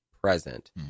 present